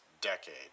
decade